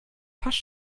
fast